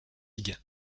ligue